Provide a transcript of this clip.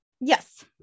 Yes